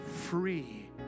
free